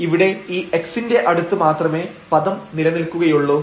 ഇവിടെ ഈ x ന്റെ അടുത്ത് മാത്രമേ പദം നിലനിൽക്കുകയുള്ളൂ